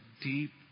deep